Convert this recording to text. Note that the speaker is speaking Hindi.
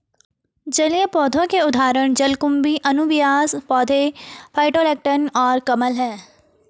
जलीय पौधों के उदाहरण जलकुंभी, अनुबियास पौधे, फाइटोप्लैंक्टन और कमल हैं